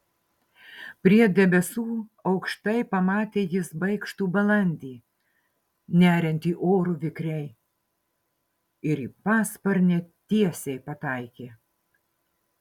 prie debesų aukštai pamatė jis baikštų balandį neriantį oru vikriai ir į pasparnę tiesiai pataikė